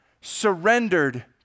surrendered